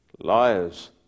Liars